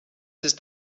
ist